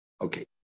Okay